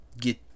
get